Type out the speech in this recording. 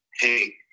hey